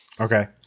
Okay